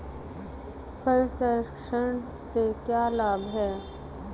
फल संरक्षण से क्या लाभ है?